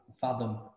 fathom